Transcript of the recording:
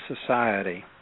society